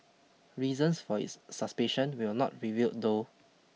reasons for its suspicion were not revealed though